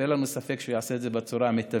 אין לנו ספק שהוא יעשה את זה בצורה המיטבית.